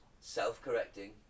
self-correcting